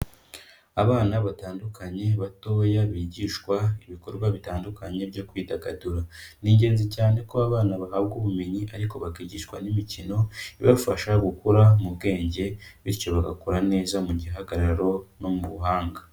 Abana batandukanye batoya bigishwa ibikorwa bitandukanye byo kwidagadura, ni ingenzi cyane ko abana bahabwa ubumenyi ariko bakigishwa n'imikino ibafasha gukura mu bwenge bityo bagakora neza mu gihagararo no mu buhanga.